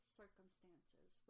circumstances